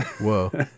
whoa